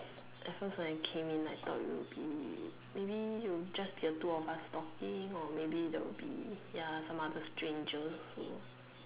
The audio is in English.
at first when I came in I thought it would be maybe it'll just be the two of us talking or maybe there will be ya some other strangers also